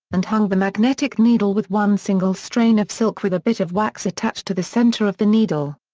and hung the magnetic needle with one single strain of silk with a bit of wax attached to the center of the needle.